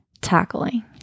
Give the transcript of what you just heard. tackling